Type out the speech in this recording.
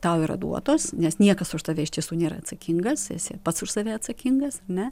tau yra duotos nes niekas už tave iš tiesų nėra atsakingas esi pats už save atsakingas ne